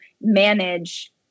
manage